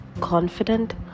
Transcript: confident